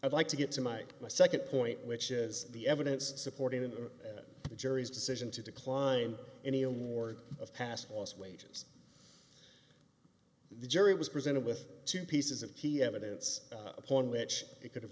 i'd like to get to mike my second point which is the evidence supporting the jury's decision to decline any award of past lost wages the jury was presented with two pieces of key evidence upon which they could